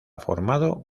formado